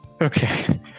Okay